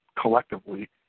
collectively